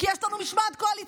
כי יש לנו משמעת קואליציונית,